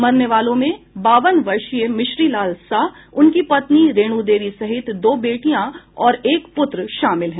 मरने वालों में बावन वर्षीय मिश्रीलाल साह उनकी पत्नी रेणू देवी सहित दो बेटियां और एक पुत्र शामिल है